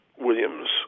Williams